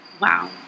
wow